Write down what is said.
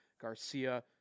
Garcia